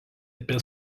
apie